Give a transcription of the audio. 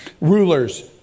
rulers